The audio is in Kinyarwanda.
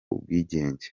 ubwigenge